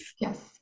yes